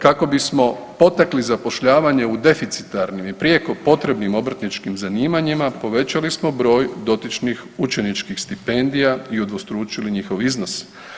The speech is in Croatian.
Kako bismo potakli zapošljavanje u deficitarnim i prijeko potrebnim obrtničkim zanimanjima, povećali smo broj dotičnih učeničkih stipendija i udvostručili njihov iznos.